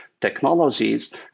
technologies